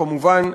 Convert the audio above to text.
כמובן,